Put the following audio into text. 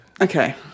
Okay